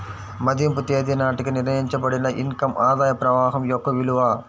మదింపు తేదీ నాటికి నిర్ణయించబడిన ఇన్ కమ్ ఆదాయ ప్రవాహం యొక్క విలువ